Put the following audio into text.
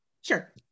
sure